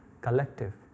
collective